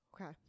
Okay